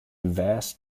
vast